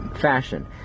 fashion